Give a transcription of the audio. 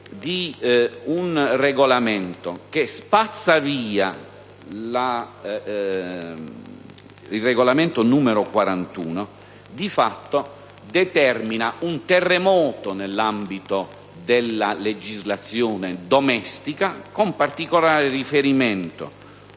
di un regolamento che spazza via il regolamento n. 41 di fatto determina un terremoto nell'ambito della legislazione domestica, con particolare riferimento